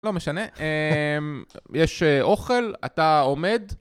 לא משנה, יש אוכל, אתה עומד.